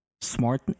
smart